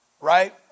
right